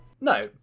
No